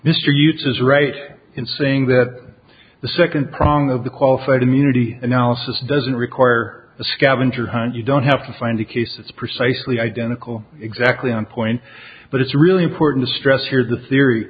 is right in saying that the second prong of the qualified immunity analysis doesn't require the scavenger hunt you don't have to find the cases precisely identical exactly on point but it's really important to stress here the theory